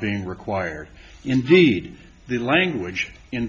being required indeed the language in